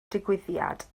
digwyddiad